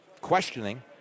questioning